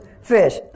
fish